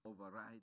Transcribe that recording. override